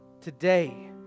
Today